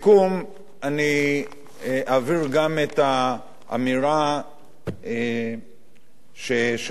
אני אעביר גם את האמירה ששמעתי כאן.